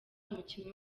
umukinnyi